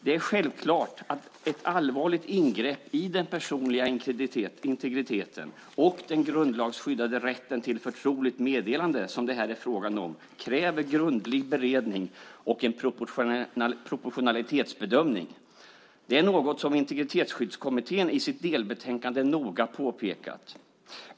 Det är självklart att ett allvarligt ingrepp i den personliga integriteten och den grundlagsskyddade rätten till förtroligt meddelande som det här är frågan om kräver grundlig beredning och en proportionalitetsbedömning. Det är något som Integritetsskyddskommittén i sitt delbetänkande noga har påpekat.